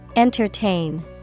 Entertain